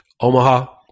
Omaha